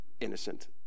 innocent